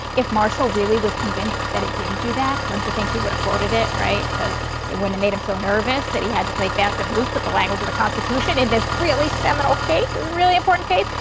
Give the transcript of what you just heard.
if marshall really was convinced that it didn't do that, don't you think he would have quoted it, right? because it wouldn't made him so nervous that he had to play fast and loose with the language of the constitution in this really seminal case it's a really important case,